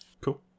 Cool